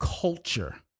culture